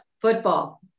Football